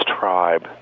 tribe